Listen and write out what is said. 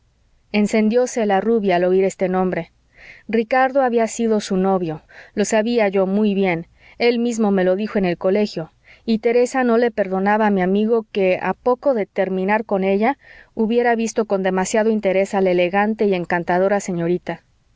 tejeda encendióse la rubia al oír este nombre ricardo había sido su novio lo sabía yo muy bien él mismo me lo dijo en el colegio y teresa no le perdonaba a mi amigo que a poco de terminar con ella hubiera visto con demasiado interés a la elegante y encantadora señorita